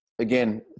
again